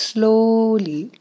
Slowly